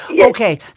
Okay